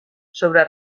sobre